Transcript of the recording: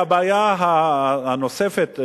והבעיה הנוספת,